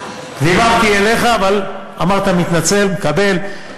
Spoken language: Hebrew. דיברתי אליך, אבל אמרת "מתנצל" מקבל.